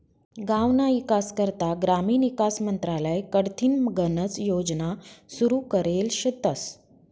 गावना ईकास करता ग्रामीण ईकास मंत्रालय कडथीन गनच योजना सुरू करेल शेतस